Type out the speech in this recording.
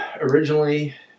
originally